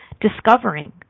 Discovering